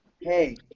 hey